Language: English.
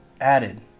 added